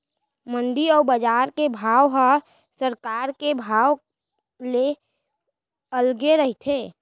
मंडी अउ बजार के भाव ह सरकार के भाव ले अलगे रहिथे